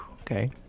okay